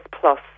Plus